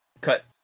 cut